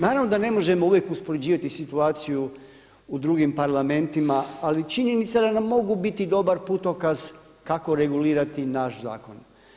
Naravno da ne možemo uvijek uspoređivati situaciju u drugim parlamentima ali činjenica da nam mogu biti dobar putokaz kako regulirati naš zakon.